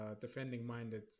defending-minded